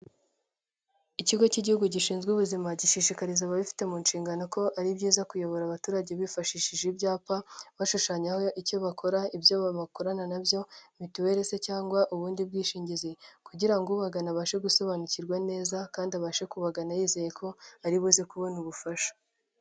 Ikigo cy'igihugu gishinzwe ubuzima, gishishikariza ababifite mu nshingano ko ari byiza kuyobora abaturage bifashishije ibyapa, bashushanyaho icyo bakora, ibyo babakorana nabyo, mituweri se cyangwa ubundi bwishingizi, kugira ngo ubagana abashe gusobanukirwa neza, kandi abashe kubagana yizeye ko aribuze kubona ubufasha.